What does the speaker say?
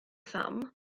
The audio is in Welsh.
pham